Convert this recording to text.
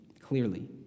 clearly